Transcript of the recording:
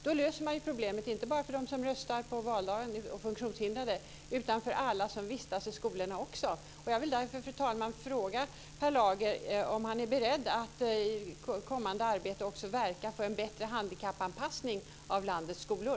Då löser man ju problemet, inte bara för dem som röstar på valdagen och de funktionshindrade utan också för alla som vistas i skolorna. Jag vill därför, fru talman, fråga Per Lager om han är beredd att i kommande arbete också verka för en bättre handikappanpassning av landets skolor.